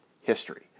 history